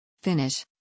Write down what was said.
Finish